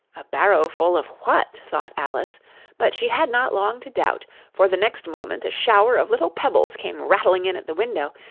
a barrowful of what thought alice but she had not long to doubt, for the next moment a shower of little pebbles came rattling in at the window,